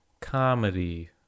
Comedy